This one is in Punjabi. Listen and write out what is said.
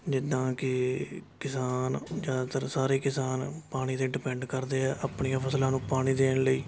ਜਿੱਦਾਂ ਕਿ ਕਿਸਾਨ ਜ਼ਿਆਦਾਤਰ ਸਾਰੇ ਕਿਸਾਨ ਪਾਣੀ 'ਤੇ ਡੀਪੈਂਡ ਕਰਦੇ ਹੈ ਆਪਣੀਆਂ ਫ਼ਸਲਾਂ ਨੂੰ ਪਾਣੀ ਦੇਣ ਲਈ